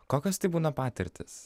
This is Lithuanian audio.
kokios tai būna patirtys